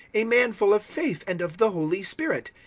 a man full of faith and of the holy spirit,